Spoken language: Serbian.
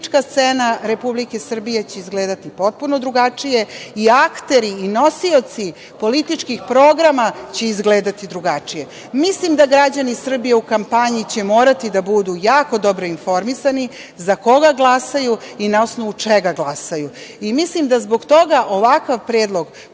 politička scena Republike Srbije će izgledati potpuno drugačije, i akteri i nosioci političkih programa će izgledati drugačije. Mislim da će građani Srbije u kampanji morati da budu jako dobro informisani za koga glasaju i na osnovu čega glasaju. Mislim da zbog toga ovakav predlog